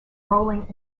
rolling